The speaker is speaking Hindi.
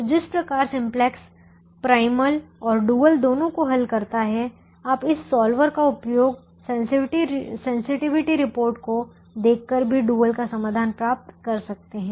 तो जिस प्रकार सिम्प्लेक्स प्राइमल और डुअल दोनों को हल करता है आप इस सॉल्वर का उपयोग सेंसिटिविटी रिपोर्ट को देखकर भी डुअल का समाधान प्राप्त कर सकते हैं